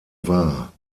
war